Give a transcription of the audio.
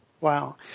Wow